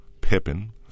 Pippin